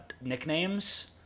nicknames